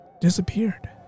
disappeared